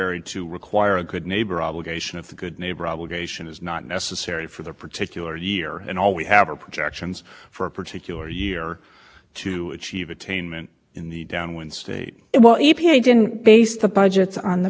pathetically if you wish the data shows there will be no significant contribution there will be no interference with maintenance i think if the data